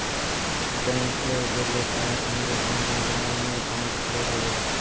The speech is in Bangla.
ব্যাঙ্ক এ গেলে তারা সঙ্গে সঙ্গে অনলাইনে একাউন্ট খুলে দেবে